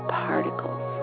particles